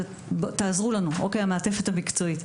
וביקשו שנעזור למעטפת המקצועית.